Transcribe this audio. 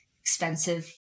expensive